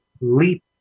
leap